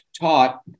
taught